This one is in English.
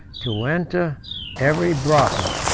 to enter every brothel,